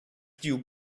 dew